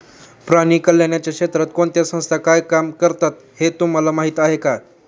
प्राणी कल्याणाच्या क्षेत्रात कोणत्या संस्था काय काम करतात हे तुम्हाला माहीत आहे का?